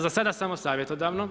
Za sada samo savjetodavno.